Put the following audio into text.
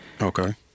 Okay